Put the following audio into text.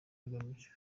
agamije